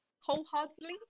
wholeheartedly